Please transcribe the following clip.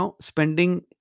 spending